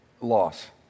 loss